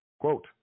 Quote